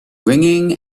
ringing